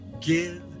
Give